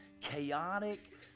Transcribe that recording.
chaotic